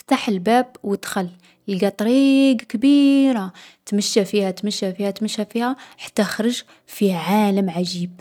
فتح الباب و دخل. لقى طريق كبيرة، تمشى فيها، تمشى فيها، تمشى فيها، حتى خرج في عالم عجيب.